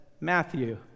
Matthew